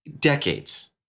decades